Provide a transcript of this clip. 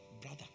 brother